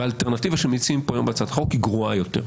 והאלטרנטיבה שמציעים פה היום בהצעת החוק היא גרועה יותר.